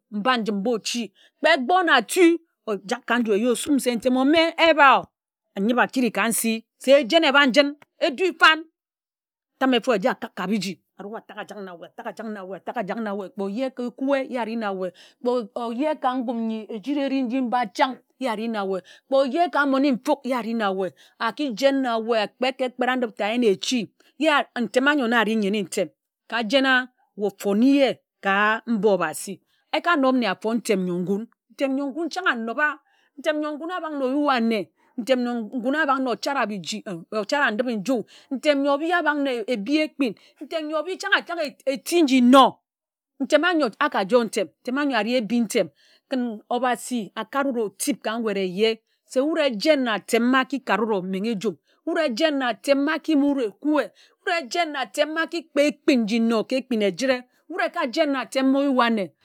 Mba njim mba ōchi kpe egbo e na ātu ojak ka nju ēye osum se ntem ome ēba o ayime atiri-ka-nsi se êjen ebad nyin edi fan̄ atame efo eje akak ka biji arui atak ajak na weh atak ajak na weh atak ajak na weh kpe ojé ka ókwe ye āje na weh kpe ojé ka nkum nji ejiri ari nji mba chan̄ ye ari na weh kpe ojé ka mmone nfūk ye ari na weh aki jen na weh akpet ka ekpera-ndip ta ayin echi ye ntem ányo na ari nyene-ntem ka jen a weh ofone ye ka mba obhasi eka nob nne afon̄ ntem n̄yo ngun̄ chań anoba ntem n̄yo nguń abak na oyua ane ntem n̄yo nkun̄ abak na ochara nkum achara biji na ochara ndip-e-nju ntem n̄yo ōbi abak na ebhi ekpin ntem nyo obi chań atak ga eti nji nno ntem anyo aka joe ntem ntem anyo ari ebhi ntem kin obhasi akare wud otip ka nwed eye se wud ejen na atem mba aki kare wud omenghe ejum wud ejen na atem mba aki yim wud ekwe wud ejen na atem mb aki kpe ekpin nji nno ka ekpin ejire wud eka jen na atem oyua nne.